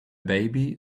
baby